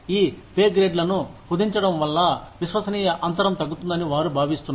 ఈ పే గ్రేడ్లను కుదించడం వల్ల విశ్వసనీయ అంతరం తగ్గుతుందని వారు భావిస్తున్నారు